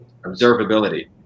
Observability